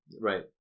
Right